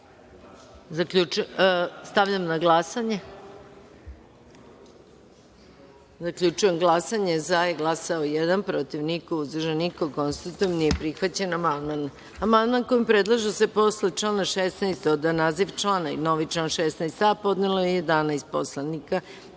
DS.Stavljam na glasanje